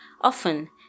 Often